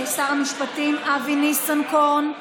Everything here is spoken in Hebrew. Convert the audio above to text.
שר המשפטים אבי ניסנקורן.